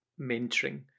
mentoring